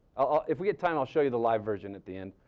if we get time i'll show you the live version at the end.